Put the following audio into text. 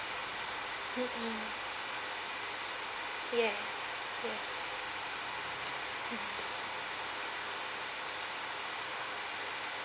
um mm yes yes